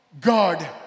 God